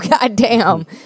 goddamn